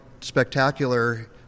spectacular